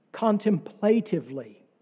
contemplatively